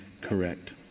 correct